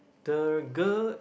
the girl